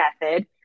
method